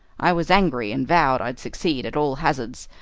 i was angry, and vowed i'd succeed at all hazards,